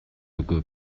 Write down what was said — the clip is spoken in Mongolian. үгүй